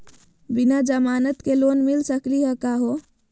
बिना जमानत के लोन मिली सकली का हो?